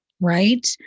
right